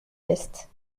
veste